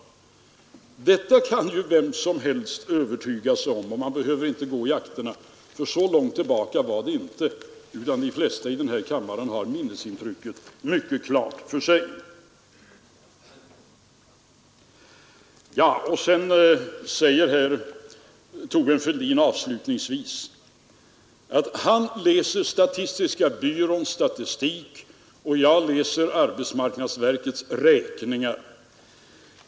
Detta kan vem som helst övertyga sig om, och man behöver inte gå till akterna. Så långt tillbaka var det inte. De flesta i denna kammare har minnesintrycket mycket klart för sig. Herr Fälldin förklarade avslutningsvis att han läser statistiska centralbyråns statistik, medan jag läser arbetsmarknadsverkets räkningar.